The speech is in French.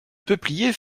peupliers